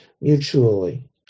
mutually